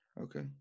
Okay